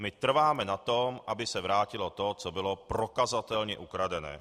My trváme na to, aby se vrátilo to, co bylo prokazatelně ukradené.